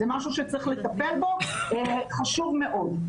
זה משהו שצריך לטפל בו, חשוב מאוד.